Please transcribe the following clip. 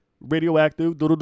Radioactive